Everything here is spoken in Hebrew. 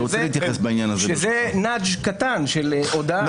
וזה nudge קטן של הודעה.